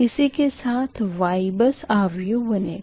इसी के साथ Y बस अवयुह बनेगा